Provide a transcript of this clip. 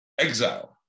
exile